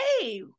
Hey